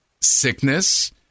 sickness